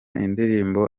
indirimbo